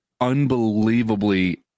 unbelievably